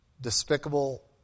despicable